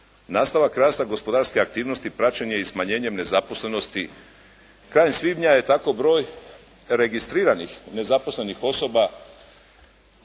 Nastavak rasta gospodarske aktivnosti praćen je i smanjenjem nezaposlenosti. Krajem svibnja je tako broj registriranih nezaposlenih osoba